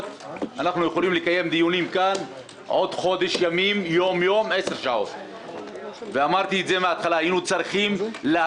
יכול להיות מה שאתה אומר, ואני איתך, יש